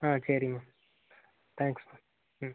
ஆ சரி ma'am thanks